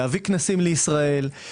להביא כנסים לישראל,